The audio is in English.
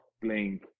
playing